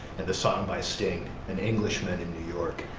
and the song by sting, an englishman in new york,